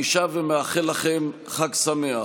אני שב ומאחל לכם חג שמח.